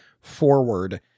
forward